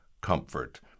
comfort